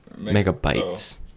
megabytes